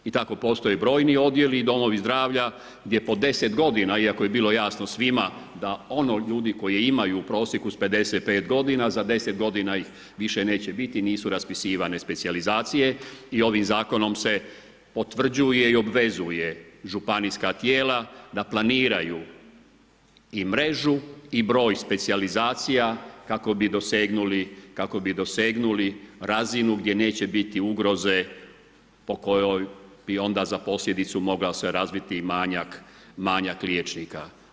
I tako postoje brojni odjeli i domovi zdravlja, gdje po 10 g. iako je bilo jasno svima, da ono ljudi koji imaju u prosjeku s 55 g. za 10 g. ih više neće biti nisu raspisivanje specijalizacije i ovim zakonom se potvrđuje i obvezuje županijska tijela, da planiraju i mrežu i broj specijalizacija, kako bi dosegnuli razinu gdje neće biti ugroze po kojoj bi onda za posljedicu mogao se razviti manjak liječnika.